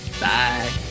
Bye